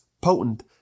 potent